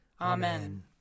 Amen